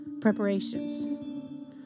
preparations